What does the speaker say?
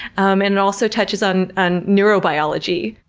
um and it also touches on and neurobiology.